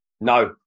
No